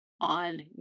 on